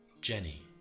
Jenny